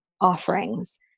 offerings